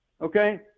Okay